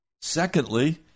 Secondly